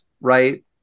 right